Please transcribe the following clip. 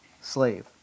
slave